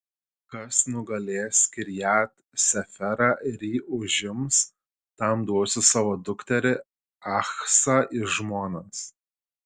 kas nugalės kirjat seferą ir jį užims tam duosiu savo dukterį achsą į žmonas